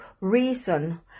reason